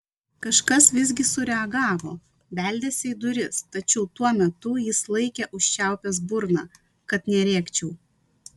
kažkas visgi sureagavo beldėsi į duris tačiau tuo metu jis laikė užčiaupęs burną kad nerėkčiau